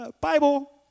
Bible